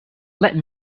let